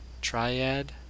Triad